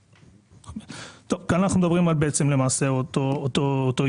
אנחנו מדברים על אותו עיקרון.